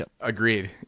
Agreed